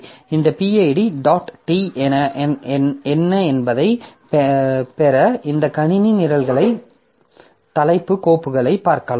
இந்த pid dot t என்ன என்பதைப் பெற இந்த கணினி நிரல்களை தலைப்பு கோப்புகளைப் பார்க்கலாம்